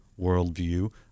worldview